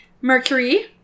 Mercury